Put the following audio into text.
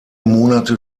monate